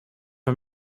her